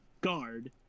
guard